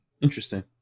Interesting